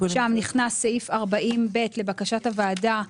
שם נכנס סעיף 40ב לבקשת הוועדה.